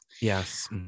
Yes